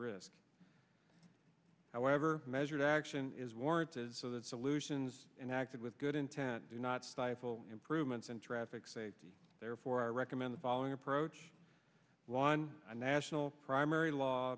risk however measured action is warranted so that solutions and acted with good intent do not stifle improvements in traffic safety therefore i recommend the following approach won a national primary law